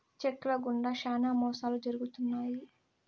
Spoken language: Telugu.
చెక్ ల గుండా శ్యానా మోసాలు జరుగుతున్నాయి